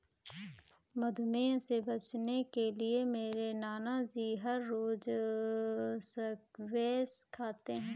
मधुमेह से बचने के लिए मेरे नानाजी हर रोज स्क्वैश खाते हैं